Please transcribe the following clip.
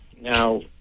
Now